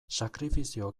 sakrifizio